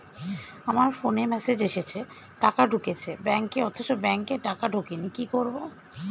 আমার ফোনে মেসেজ এসেছে টাকা ঢুকেছে ব্যাঙ্কে অথচ ব্যাংকে টাকা ঢোকেনি কি করবো?